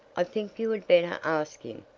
i think you had better ask him,